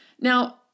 Now